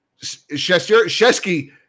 Shesky